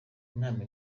inama